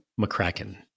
McCracken